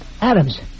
Adams